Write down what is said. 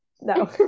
no